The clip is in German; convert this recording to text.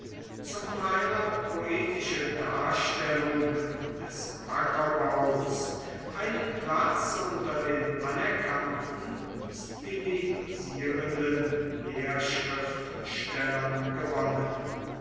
zum teil auch poetische darstellung des ackerbaus einen platz unter den anerkannten stilisierenden lehrschriftstellern gewonnen